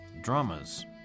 dramas